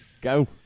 go